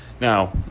Now